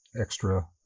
extra